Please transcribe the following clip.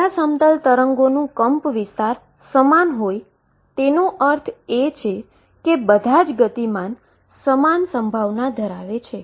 બધા સમતલ તરંગોનું એમ્પલિટ્યુડ સમાન હોય તેનો અર્થ એ કે બધા જ મોમેન્ટમ સમાન પ્રોબેબીલીટી ધરાવે છે